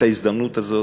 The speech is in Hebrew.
את ההזמנות הזאת,